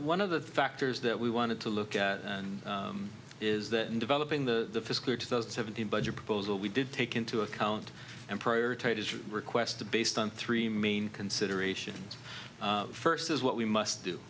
one of the factors that we wanted to look at and is that in developing the clear to those seventeen budget proposal we did take into account and prioritize requests to based on three main considerations first is what we must do